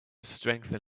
strengthen